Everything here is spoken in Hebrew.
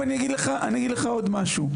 אני אגיד לך עוד משהו.